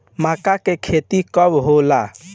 माका के खेती कब होला?